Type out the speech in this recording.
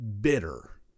bitter